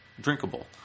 drinkable